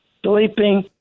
Sleeping